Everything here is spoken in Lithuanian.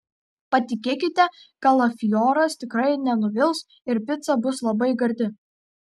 patikėkite kalafioras tikrai nenuvils ir pica bus labai gardi